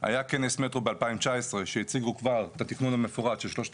היה כנס מטרו ב-2019 שהציגו את התכנון המפורט של שלושת